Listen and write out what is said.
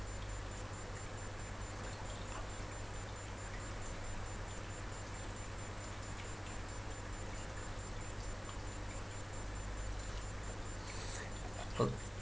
uh